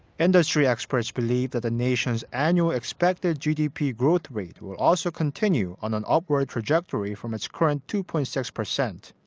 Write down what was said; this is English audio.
industry experts believe that the nation's annual expected gdp growth rate will also continue on an upward trajectory from its current two point six percent.